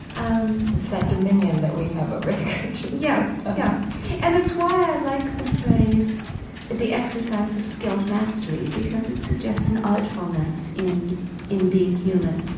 um it's that dominion that we have over the creatures yeah. yeah mm-hmm and it's why i like the phrase the exercise of skilled mastery because it suggests an artfulness in in being human.